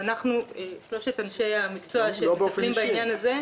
יש את אנשי המקצוע שמטפלים בעניין הזה.